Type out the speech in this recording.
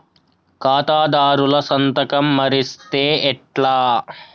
ఖాతాదారుల సంతకం మరిస్తే ఎట్లా?